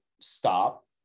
stop